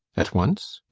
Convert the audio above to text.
at once?